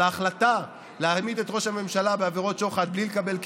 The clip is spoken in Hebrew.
על ההחלטה להעמיד את ראש הממשלה בעבירות שוחד בלי לקבל כסף,